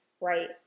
right